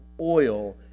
oil